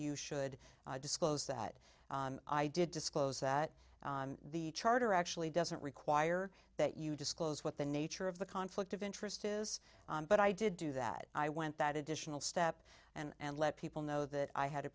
you should disclose that i did disclose that the charter actually doesn't require that you disclose what the nature of the conflict of interest is but i did do that i went that additional step and let people know that i had a